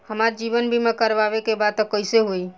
हमार जीवन बीमा करवावे के बा त कैसे होई?